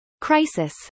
Crisis